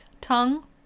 tongue